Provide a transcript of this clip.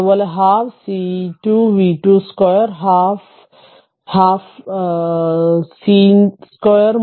അതുപോലെ 12 c 2 v 2 2 12 rc 2 മൂല്യം 10 micro farad